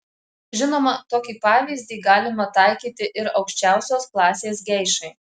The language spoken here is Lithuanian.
žinoma tokį pavyzdį galima taikyti ir aukščiausios klasės geišai